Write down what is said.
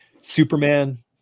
Superman